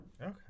Okay